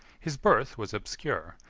his birth was obscure,